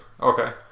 okay